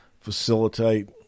facilitate